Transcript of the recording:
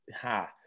Ha